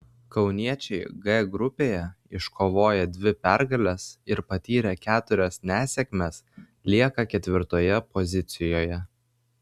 kauniečiai g grupėje iškovoję dvi pergales ir patyrę keturias nesėkmes lieka ketvirtoje pozicijoje